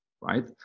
right